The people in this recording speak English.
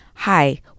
hi